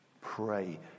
Pray